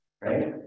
Right